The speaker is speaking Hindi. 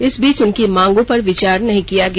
इस बीच उनकी मांगो पर विचार नहीं किया गया